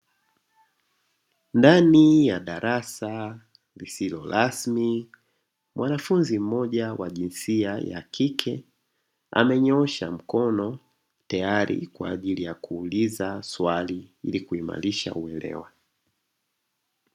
Ndani ya darasa lisilo rasmi mwanafunzi mmoja wa jinsia ya kike amenyoosha mkono tayari kwa ajili ya kuuliza swali ili kuimarisha uelewa.